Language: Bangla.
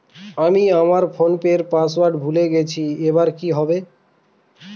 আমি আমার ফোনপের পাসওয়ার্ড ভুলে গেছি এবার কি হবে?